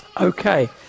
Okay